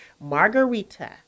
margarita